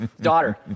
daughter